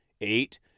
Eight